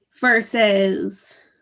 versus